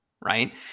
right